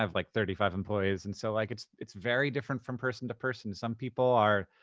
um like, thirty five employees. and so, like, it's it's very different from person to person. some people are,